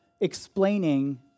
explaining